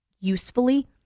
usefully